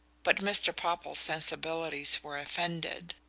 but mr. popple's sensibilities were offended.